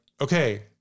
okay